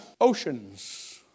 oceans